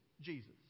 Jesus